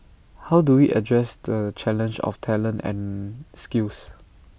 how do we addressed the challenge of talent and skills